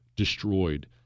Destroyed